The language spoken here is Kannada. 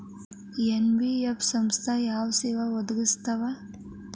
ಎನ್.ಬಿ.ಎಫ್ ಸಂಸ್ಥಾ ಯಾವ ಸೇವಾ ಒದಗಿಸ್ತಾವ?